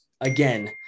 again